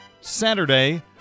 Saturday